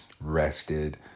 rested